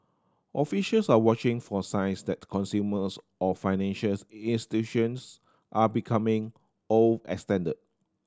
officials are watching for signs that consumers or financial institutions are becoming overextended